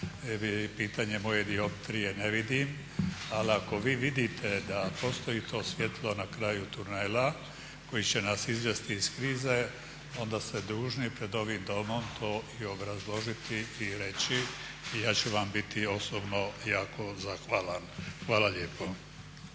pitanje moje dioptrije ne vidim, ali ako vi vidite da postoji to svjetlo na kraju tunela koji će nas izvesti iz krize onda ste dužni pred ovim domom to obrazložiti i reći i ja ću vam biti osobno jako zahvalan. Hvala lijepo.